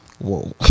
Whoa